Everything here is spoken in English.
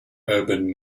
urban